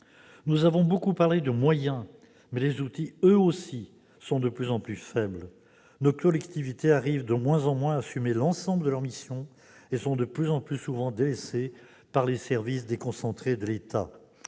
Nous avons beaucoup parlé des moyens, mais les outils, eux aussi, sont de plus en plus faibles. Nos collectivités arrivent de moins en moins à assumer l'ensemble de leurs missions et sont de plus en plus souvent délaissées par les services déconcentrés de l'État.